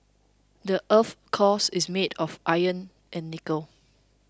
the earth's core is made of iron and nickel